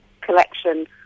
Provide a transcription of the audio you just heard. collection